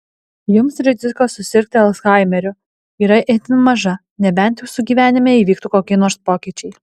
jums rizika susirgti alzhaimeriu yra itin maža nebent jūsų gyvenime įvyktų kokie nors pokyčiai